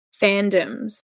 fandoms